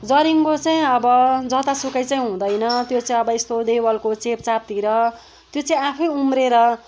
जरिङ्गो चाहिँ अब जतासुकै चाहिँ हुँदैन त्यो चाहिँ यस्तो अब देवालको चेपचापतिर त्यो चाहिँ आफै उम्रिएर